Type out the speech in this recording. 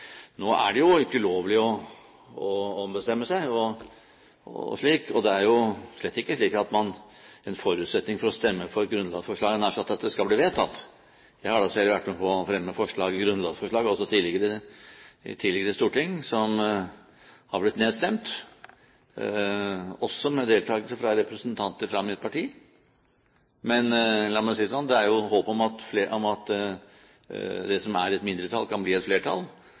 Nå er det jo ikke ulovlig å ombestemme seg, og det er slett ikke slik at en forutsetning for å stemme for et grunnlovsforslag er nær sagt at det skal bli vedtatt. Jeg har også selv vært med på å fremme grunnlovsforslag i tidligere storting som har blitt nedstemt – også med deltagelse av representanter fra mitt eget parti. Men la meg si det sånn: Det er håp om at det som er et mindretall, kan bli et flertall.